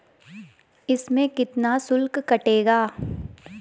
इसमें शुल्क कितना कटेगा?